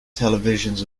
televisions